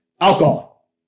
Alcohol